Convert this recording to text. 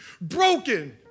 broken